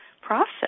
process